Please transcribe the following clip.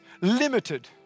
limited